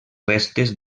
restes